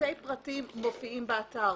בפרטי פרטים מופיעים באתר.